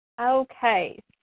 Okay